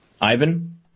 Ivan